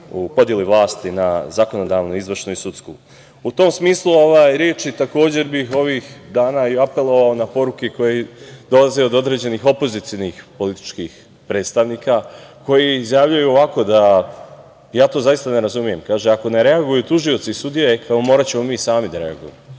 u podeli vlasti na zakonodavnu, izvršnu i sudsku.U tom smislu reči, takođe bih ovih dana apelovao na poruke koje dolaze od određenih opozicionih političkih predstavnika koji izjavljuju ovako, ja to zaista ne razumem, kaže – ako ne reaguju tužioci i sudije, moraćemo mi sami da reagujemo.